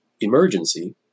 emergency